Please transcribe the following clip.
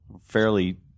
fairly –